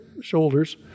shoulders